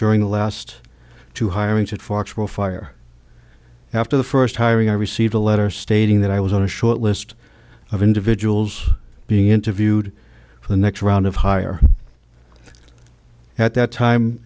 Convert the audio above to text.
during the last two hiring to foxborough fire after the first hiring i received a letter stating that i was on a short list of individuals being interviewed for the next round of higher at that time